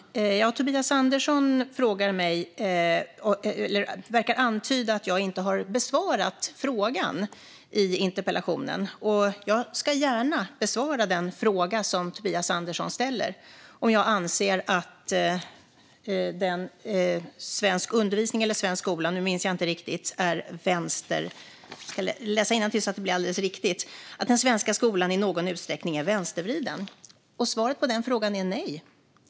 Fru talman! Tobias Andersson verkar antyda att jag inte har besvarat frågan i interpellationen. Jag ska gärna besvara den fråga Tobias Andersson ställer, det vill säga om jag anser den svenska skolan i någon utsträckning är vänstervriden. Svaret på den frågan är nej.